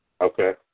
Okay